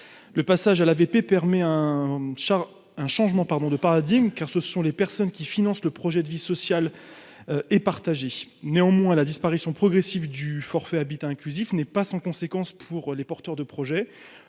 le passage à la VP permet un char, un changement, pardon de paradigme, car ce sont les personnes qui finance le projet de vie sociale et partager néanmoins la disparition progressive du forfait habitat inclusif n'est pas sans conséquences pour les porteurs de projets,